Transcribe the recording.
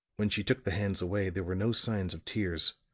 when she took the hands away there were no signs of tears,